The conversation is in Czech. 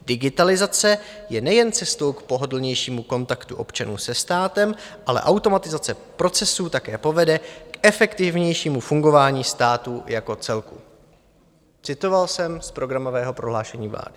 Digitalizace je nejen cestou k pohodlnějšímu kontaktu občanů se státem, ale automatizace procesů také povede k efektivnějšímu fungování státu jako celku. Citoval jsem z programového prohlášení vlády.